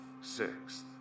sixth